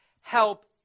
help